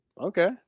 Okay